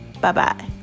Bye-bye